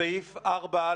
בסעיף 3(ג)